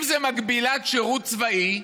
אם זה מקבילת שירות צבאי,